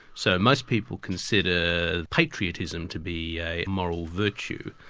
so most people consider patriotism to be a moral virtue,